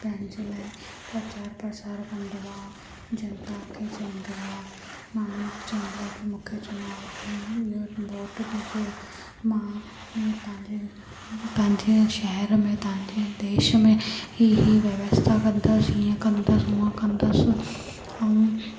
पंहिंजे लाइ प्रचार प्रसार कंदो आहे जनता खे चईंदो आहे माण्हुनि खे चईन्दो आहे के मूंखे चुनाव इहो वॉट ॾिजो मां तव्हां जे शहर में तव्हां जे देश में ई ही व्यवस्था कंदसि हीअं कंदसि हूअं कंदसि ऐं